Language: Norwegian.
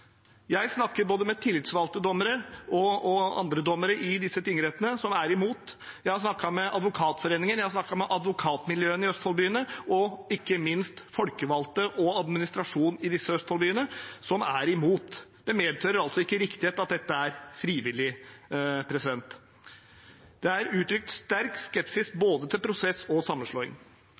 Jeg har snakket med både tillitsvalgte dommere og andre dommere i disse tingrettene som er imot, jeg har snakket med Advokatforeningen, jeg har snakket med advokatmiljøene i Østfold-byene og ikke minst med folkevalgte og administrasjonene i disse Østfold-byene som er imot. Det medfører altså ikke riktighet at dette er frivillig. Det er uttrykt sterk skepsis til både prosess og sammenslåing.